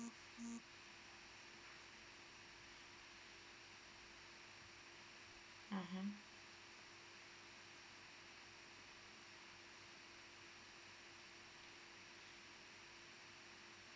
(uh huh)